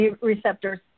receptors